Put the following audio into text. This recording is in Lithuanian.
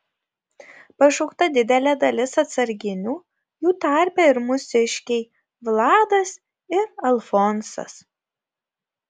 pašaukta didelė dalis atsarginių jų tarpe ir mūsiškiai vladas ir alfonsas